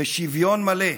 ושוויון מלא,